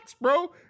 bro